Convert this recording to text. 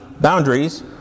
boundaries